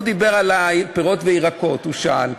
הוא דיבר על הפירות והירקות, הוא שאל.